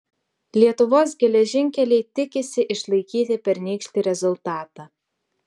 lietuvos geležinkeliai tikisi išlaikyti pernykštį rezultatą